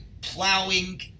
plowing